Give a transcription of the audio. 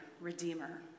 redeemer